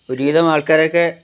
ഒരുവിധം ആൾക്കാരൊക്കെ